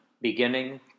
beginning